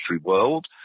world